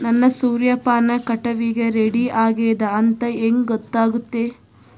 ನನ್ನ ಸೂರ್ಯಪಾನ ಕಟಾವಿಗೆ ರೆಡಿ ಆಗೇದ ಅಂತ ಹೆಂಗ ಗೊತ್ತಾಗುತ್ತೆ?